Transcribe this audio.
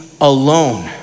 alone